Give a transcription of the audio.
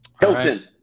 Hilton